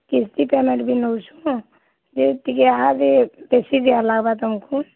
କିସ୍ତି ପେମେଣ୍ଟ୍ ବି ନଉଛୁଁ ଯେ ଟିକେ ଇହାଦେ କିସ୍ତି ଦିଆଲାଗ୍ବା ତମ୍କୁ